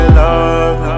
love